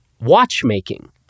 watchmaking